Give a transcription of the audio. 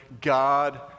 God